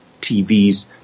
TVs